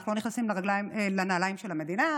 אנחנו לא נכנסים לנעליים של המדינה,